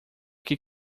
que